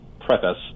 preface